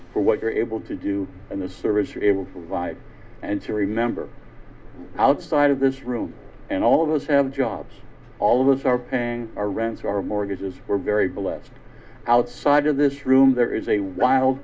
for what you're able to do in the service you're able to provide and to remember outside of this room and all of us have jobs all of us are paying our rent our mortgages we're very blessed outside of this room there is a wild